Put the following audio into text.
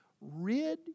rid